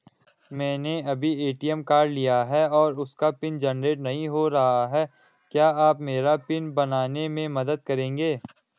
मैंने अभी ATM card लिया है और उसका पिन जेनरेट नहीं हो रहा है क्या आप मेरा पिन बनाने में मदद करेंगे?